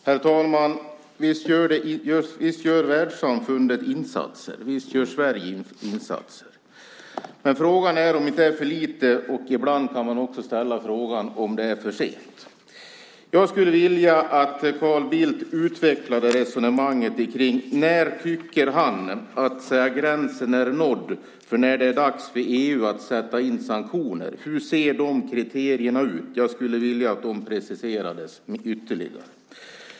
Herr talman! Visst gör världssamfundet insatser, visst gör Sverige insatser, men frågan är om det inte är för lite. Ibland kan man också ställa frågan om det är för sent. Jag skulle vilja att Carl Bildt utvecklade resonemanget kring när han tycker att gränsen är nådd för när det är dags för EU att sätta in sanktioner. Hur ser de kriterierna ut? Jag skulle vilja att de preciserades ytterligare.